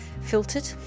filtered